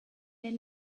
then